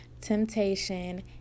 temptation